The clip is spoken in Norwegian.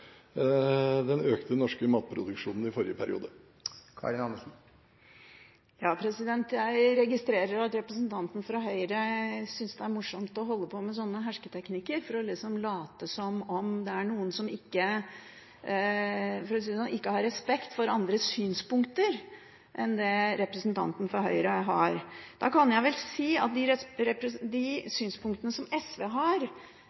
den økte norske matproduksjonen i forrige periode? Jeg registrerer at representanten fra Høyre syns det er morsomt å holde på med sånne hersketeknikker, for liksom å late som om det er noen som har mindre respekt for andres synspunkter enn det som representanten fra Høyre har. Da kan jeg vel si at de synspunktene som SV har,